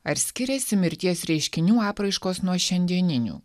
ar skiriasi mirties reiškinių apraiškos nuo šiandieninių